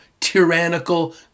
tyrannical